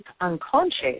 unconscious